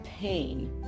pain